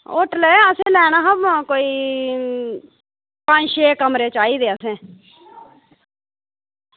hotel असें लैना हा रूम कोई पंज छे कमरे चाहिदे असें